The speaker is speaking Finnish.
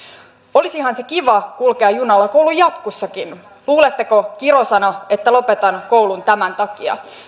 olisihan se kiva kulkea junalla kouluun jatkossakin luuletteko kirosana että lopetan koulun tämän takia